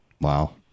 Wow